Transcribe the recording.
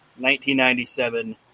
1997